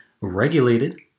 regulated